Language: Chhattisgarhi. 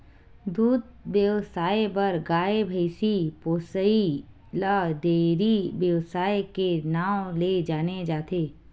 दूद बेवसाय बर गाय, भइसी पोसइ ल डेयरी बेवसाय के नांव ले जाने जाथे